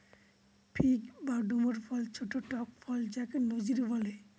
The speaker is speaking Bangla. ফিগ বা ডুমুর ফল ছোট্ট টক ফল যাকে নজির বলে